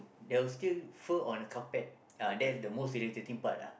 there will still fur on the carpet ah that's the most irritating part ah